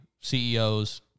CEOs